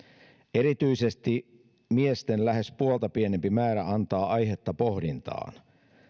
erityisesti miesten lähes puolta pienempi määrä antaa aihetta pohdintaan